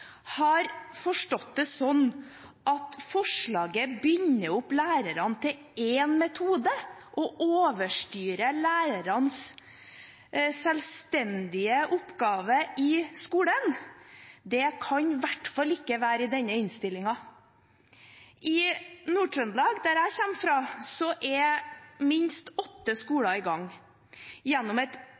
har forstått det sånn at forslaget binder opp lærerne til én metode og overstyrer lærernes selvstendige oppgave i skolen? Det kan i hvert fall ikke være i denne innstillingen. I Nord-Trøndelag, der jeg kommer fra, er minst åtte skoler i gang. Gjennom et